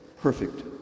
perfect